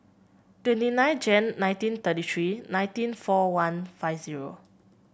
twenty nine Jan nineteen thirty three nineteen four one five zero